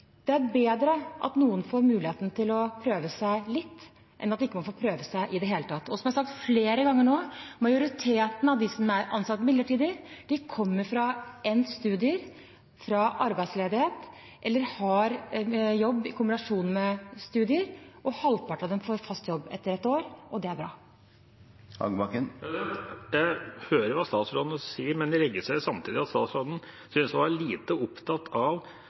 Det er bedre at noen får muligheten til å prøve seg litt, enn at man ikke får prøve seg i det hele tatt. Som jeg har sagt flere ganger nå: Majoriteten av dem som er ansatt midlertidig, kommer fra endt studium, fra arbeidsledighet, eller har jobb i kombinasjon med studier, og halvparten av dem får fast jobb etter ett år, og det er bra. Jeg hører hva statsråden sier, men jeg registrerer samtidig at statsråden synes å være lite opptatt av